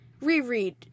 reread